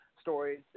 stories